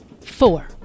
Four